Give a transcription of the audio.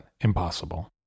impossible